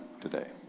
today